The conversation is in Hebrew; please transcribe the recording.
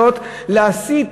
הכספיות להסיט